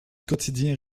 quotidien